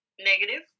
negative